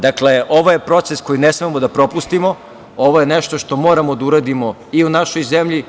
Dakle, ovo je proces koji ne smemo da propustimo, ovo je nešto što moramo da uradimo i u našoj zemlji.